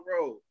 road